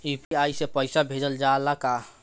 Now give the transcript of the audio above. UPI से पईसा भेजल जाला का?